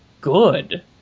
good